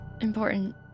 important